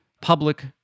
public